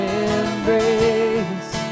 embrace